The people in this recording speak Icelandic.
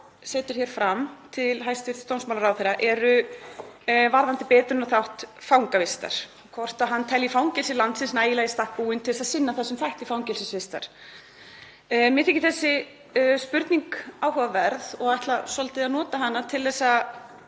setur hér fram til hæstv. dómsmálaráðherra eru spurningar varðandi betrunarþátt fangavistar, hvort hann telji fangelsi landsins nægilega í stakk búin til þess að sinna þeim þætti fangelsisvistar. Mér þykir þessi spurning áhugaverð og ætla svolítið að nota hana til að